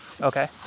Okay